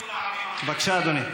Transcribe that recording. בבקשה, אדוני.